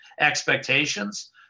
expectations